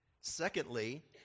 Secondly